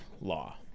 law